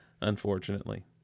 unfortunately